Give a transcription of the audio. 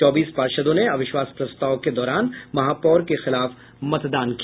चौबीस पार्षदों ने अविश्वास प्रस्ताव के दौरान महापौर के खिलाफ मतदान किया